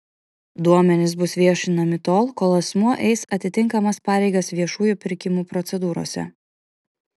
duomenys bus viešinami tol kol asmuo eis atitinkamas pareigas viešųjų pirkimų procedūrose